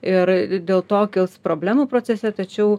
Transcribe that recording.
ir dėl to kils problemų procese tačiau